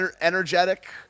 energetic